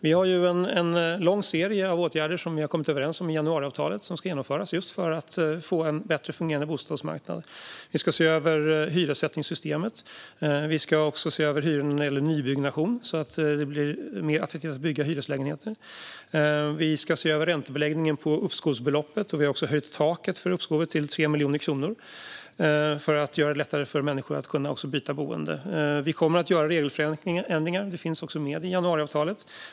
Vi har i januariavtalet kommit överens om en lång serie av åtgärder som ska genomföras just för att få en bättre fungerande bostadsmarknad. Vi ska se över hyressättningssystemet. Vi ska också se över hyrorna när det gäller nybyggnation, så att det blir mer attraktivt att bygga hyreslägenheter. Vi ska se över räntebeläggningen på uppskovsbeloppet. Vi har också höjt taket för uppskovet till 3 miljoner kronor för att göra det lättare för människor att byta boende. Vi kommer att göra regelförändringar, vilket också finns med i januariavtalet.